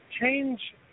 change